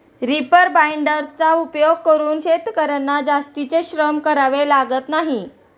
reaper बाइंडर्सचा उपयोग करून शेतकर्यांना जास्तीचे श्रम करावे लागत नाही